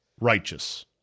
righteous